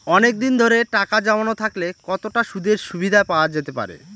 অনেকদিন ধরে টাকা জমানো থাকলে কতটা সুদের সুবিধে পাওয়া যেতে পারে?